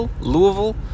Louisville